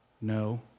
no